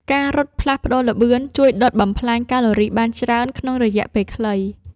ការរត់ផ្លាស់ប្តូរល្បឿន ជួយដុតបំផ្លាញកាឡូរីបានច្រើនក្នុងរយៈពេលខ្លី។